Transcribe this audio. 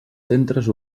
centres